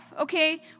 okay